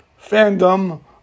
fandom